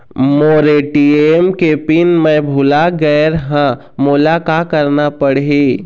मोर ATM के PIN मैं भुला गैर ह, मोला का करना पढ़ही?